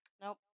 Nope